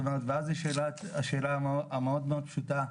ואז נשאלת השאלה המאוד מאוד פשוטה,